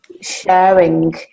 sharing